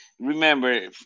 remember